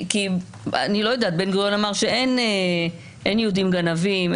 בן גוריון אמר שאין יהודים גנבים,